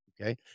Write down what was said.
Okay